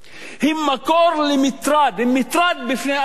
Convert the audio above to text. הם מקור למטרד, הם מטרד בפני עצמם.